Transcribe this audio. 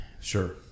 Sure